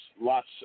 lots